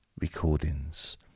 recordings